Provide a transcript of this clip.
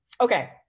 Okay